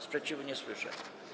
Sprzeciwu nie słyszę.